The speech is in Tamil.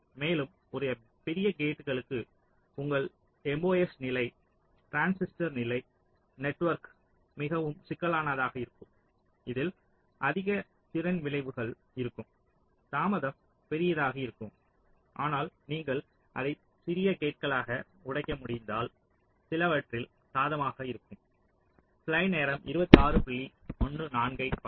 மேலும் ஒரு பெரிய கேட்களுக்கு உங்கள் MOS நிலை டிரான்சிஸ்டர் நிலை நெட்வொர்க் மிகவும் சிக்கலானதாக இருக்கும் இதில் அதிக திறன் விளைவுகள் இருக்கும் தாமதம் பெரியதாக இருக்கும் ஆனால் நீங்கள் அதை சிறிய கேட்களாக உடைக்க முடிந்தால் சிலவற்றில் சாதகமாக இருக்கும்